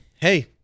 hey